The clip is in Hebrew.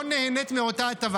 היא לא נהנית מאותה הטבה.